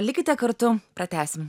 likite kartu pratęsim